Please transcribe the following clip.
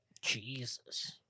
Jesus